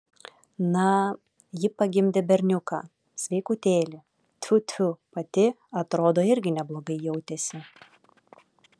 na ji pagimdė berniuką sveikutėlį tfu tfu pati atrodo irgi neblogai jautėsi